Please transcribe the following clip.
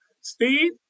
Steve